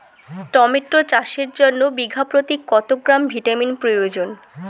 Tomato চাষের জন্য বিঘা প্রতি কত গ্রাম ভিটামিন প্রয়োজন?